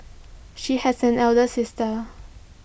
she has an elder sister